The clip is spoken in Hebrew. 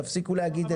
תפסיקו להגיד את זה.